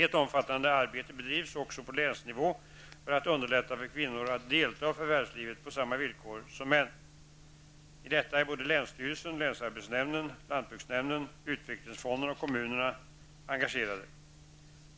Ett omfattande arbete bedrivs också på länsnivå för att underlätta för kvinnor att delta i förvärvslivet på samma villkor som män. I detta är både länsstyrelsen, länsarbetsnämnden, lantbruksnämnden, utvecklingsfonden och kommunerna engagerade.